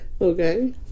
Okay